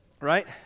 right